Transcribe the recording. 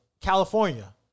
California